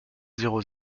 zéro